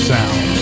Sound